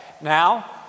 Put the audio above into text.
now